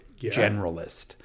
generalist